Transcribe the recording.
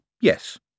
yes